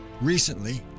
Recently